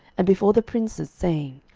and before the princes, saying,